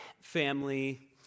family